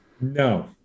No